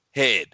head